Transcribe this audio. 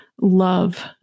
love